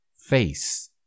face